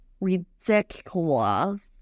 ridiculous